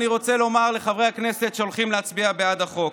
אני רוצה לומר לחברי הכנסת שהולכים להצביע בעד החוק: